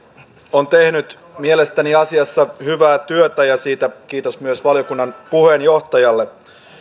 on tehnyt mielestäni asiassa hyvää työtä ja siitä kiitos myös valiokunnan puheenjohtajalle